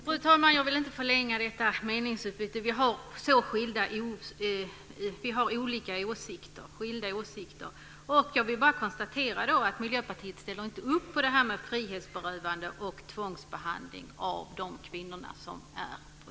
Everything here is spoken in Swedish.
Fru talman! Jag vill inte förlänga detta meningsutbyte. Vi har så skilda åsikter. Jag vill bara konstatera att Miljöpartiet inte ställer upp på frihetsberövande och tvångsbehandling av de kvinnor som är prostituerade.